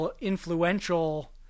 influential